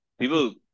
People